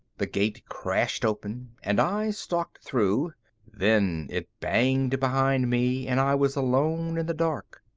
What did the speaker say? the gate crashed open and i stalked through then it banged to behind me and i was alone in the dark.